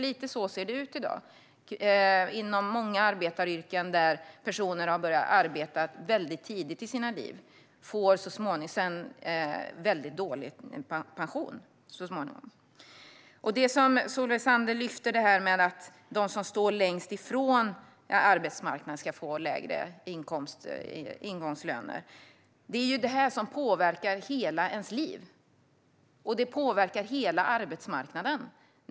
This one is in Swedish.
Lite så ser det nämligen ut i dag; i många arbetaryrken där människor har börjat arbeta tidigt i sina liv får man så småningom en väldigt dålig pension. Solveig Zander lyfter fram detta med att de som står längst ifrån arbetsmarknaden ska få lägre ingångslöner. Detta påverkar ju hela ens liv, och det påverkar hela arbetsmarknaden.